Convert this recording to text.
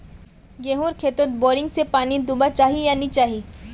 गेँहूर खेतोत बोरिंग से पानी दुबा चही या नी चही?